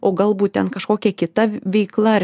o galbūt ten kažkokia kita veiklaar